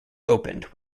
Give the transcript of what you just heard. opened